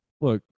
Look